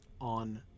on